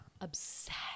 Obsessed